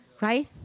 Right